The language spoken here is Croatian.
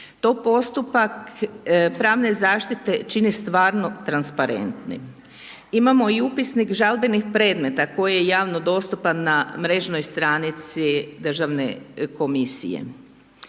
To postupak pravne zaštite čine stvarno transparentnim. Imamo i upisnik žalbenih predmeta koji je javno dostupan na mrežnoj stranici državne komisije.